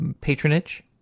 patronage